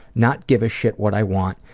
not give a shit what i want,